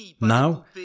Now